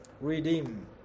Redeem